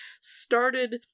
started